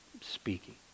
speaking